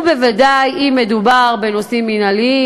ובוודאי אם מדובר בנושאים מינהליים,